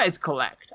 collect